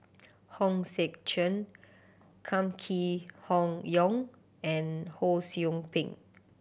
Hong Sek Chern Kam Kee Hong Yong and Ho Sou Ping